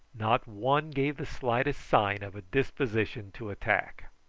not one gave the slightest sign of a disposition to attack.